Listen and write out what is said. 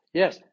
yes